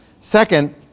Second